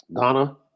Ghana